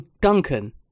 Duncan